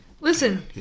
Listen